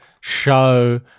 show